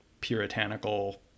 puritanical